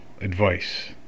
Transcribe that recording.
advice